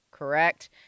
Correct